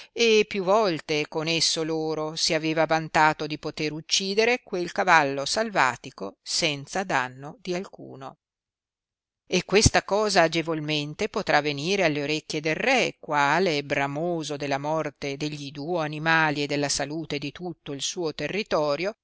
e più volte con esso loro si aveva vantato di poter uccidere quel cavallo salvatico senza danno di alcuno e questa cosa agevolmente potrà venire alle orecchie del re quale bramoso della morte de gli duo animali e della salute di tutto il suo territorio